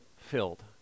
filled